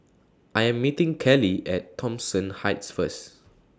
I Am meeting Keli At Thomson Heights First